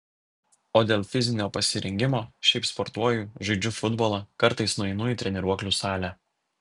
o dėl fizinio pasirengimo šiaip sportuoju žaidžiu futbolą kartais nueinu į treniruoklių salę